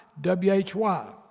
W-H-Y